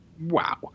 Wow